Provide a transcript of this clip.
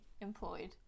employed